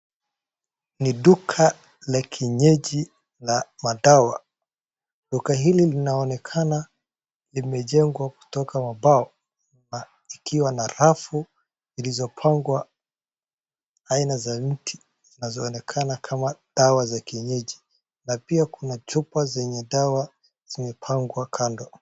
Ni duka la kienyeji la madawa. Duka hili linaonekana limejengwa kutoka kwa mbao, likiwa na rafu zilizopangwa aina za mti zinazoonekana kama dawa za kienyeji na pia kuna chupa zenye dawa zimepangwa kando.